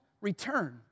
return